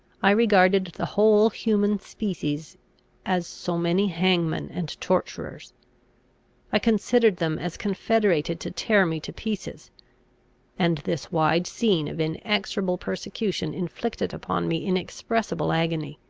i regarded the whole human species as so many hangmen and torturers i considered them as confederated to tear me to pieces and this wide scene of inexorable persecution inflicted upon me inexpressible agony.